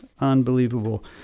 Unbelievable